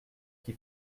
qui